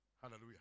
Hallelujah